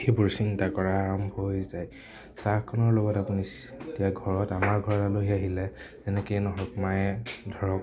সেইবোৰ চিন্তা কৰা আৰম্ভ হৈ যায় চাহকণৰ লগত আপুনি এতিয়া ঘৰত আমাৰ ঘৰত আলহী আহিলে যেনেকেই নহওক মায়ে ধৰক